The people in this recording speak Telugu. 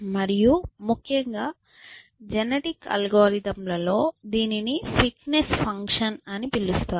మరియు ముఖ్యంగా జెనెటిక్ అల్గోరిథం లలో దీనిని ఫిట్నెస్ ఫంక్షన్ పిలుస్తారు